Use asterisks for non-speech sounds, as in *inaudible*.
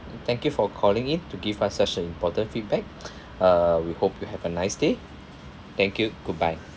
thank you for calling in to give us such an important feedback *breath* uh we hope you have a nice day thank you goodbye